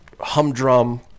humdrum